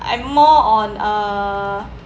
I more on uh